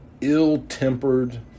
ill-tempered